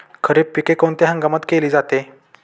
खरीप पिके कोणत्या महिन्यात केली जाते?